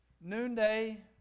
noonday